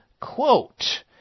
quote